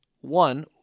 One